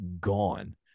gone